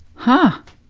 huh.